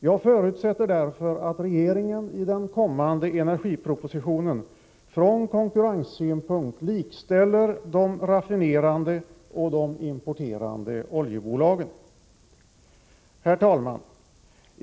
Jag förutsätter därför att regeringen i den kommande energipropositionen från konkurrenssynpunkt likställer de raffinerande och de importerande oljebolagen. Herr talman!